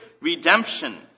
redemption